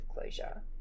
closure